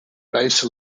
base